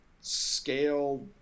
scale